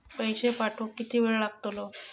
पैशे पाठवुक किती वेळ लागतलो?